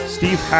Steve